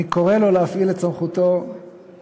אני קורא לו להפעיל את סמכותו מהר ככל האפשר.